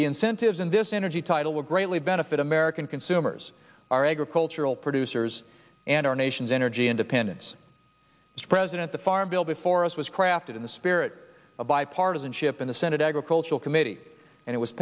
the incentives in this energy title will greatly benefit american consumers our agricultural producers and our nation's energy independence as president the farm bill before us was crafted in the spirit of bipartisanship in the senate agricultural committee and it was